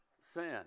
sin